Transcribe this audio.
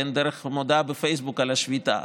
דרך מודעה בפייסבוק על השביתה.